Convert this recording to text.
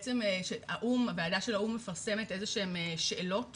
הוועדה של האו"ם מפרסמת שאלות